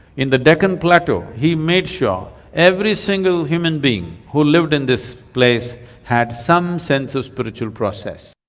in the deccan plateau he made sure every single human being who lived in this place had some sense of spiritual process.